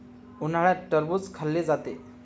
उन्हाळ्यात टरबूज खाल्ले जाते